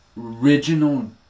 Original